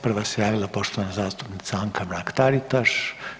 Prva se javila poštovana zastupnica Anka Mrak TAritaš.